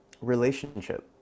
relationship